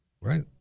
Right